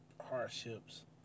hardships